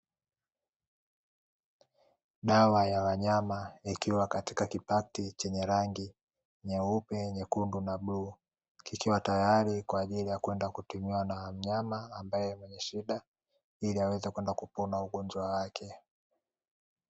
Dawa ya wanyama ikiwa katika kipakiti chenye rangi nyeupe, nyekundu na bluu, kikiwa tayari kwa ajili ya kwenda kutumiwa na wanyama wenye shida ili aweze kwenda kupona ugonjwa wake.